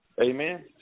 Amen